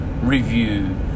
review